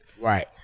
right